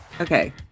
Okay